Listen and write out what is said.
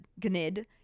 gnid